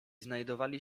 znajdowali